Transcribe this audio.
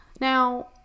now